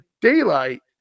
daylight